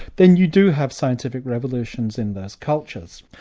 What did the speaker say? then you do have scientific revolutions in those cultures.